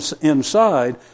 inside